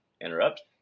interrupt